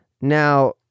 Now